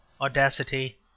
audacity